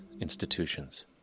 institutions